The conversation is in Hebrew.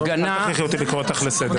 אל תכריחי אותי לקרוא אותך לסדר.